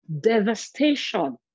Devastation